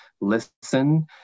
listen